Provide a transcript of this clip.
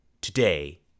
Today